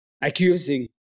accusing